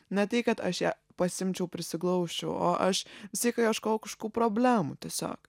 ne tai kad aš ją pasiimčiau prisiglausčiau o aš visą laiką ieškojau kažkokių problemų tiesiog